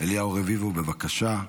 אליהו רביבו, בבקשה.